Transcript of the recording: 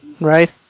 right